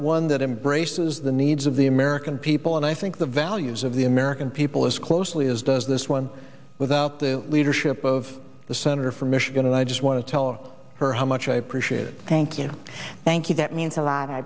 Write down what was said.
one that embraces the needs of the american people and i think the values of the american people as closely as does this one without the leadership of the senator from michigan and i just want to tell her how much i appreciated thank you thank you that means a lot i